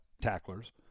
tacklers